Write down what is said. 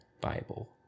Bible